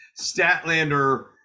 Statlander